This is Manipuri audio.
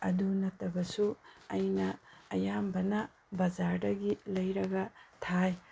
ꯑꯗꯨ ꯅꯠꯇꯕꯁꯨ ꯑꯩꯅ ꯑꯌꯥꯝꯕꯅ ꯕꯖꯥꯔꯗꯒꯤ ꯂꯩꯔꯒ ꯊꯥꯏ